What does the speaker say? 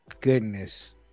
goodness